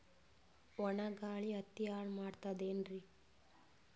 ಒಣಾ ಗಾಳಿ ಹತ್ತಿ ಹಾಳ ಮಾಡತದೇನ್ರಿ?